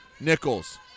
Nichols